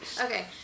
Okay